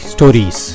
Stories